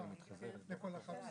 בסדר גמור, אז אנחנו עושים פה את הנוסח,